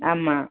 ஆமாம்